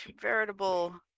veritable